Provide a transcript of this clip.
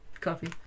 coffee